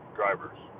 drivers